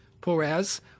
Perez